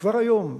כבר היום,